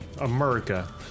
America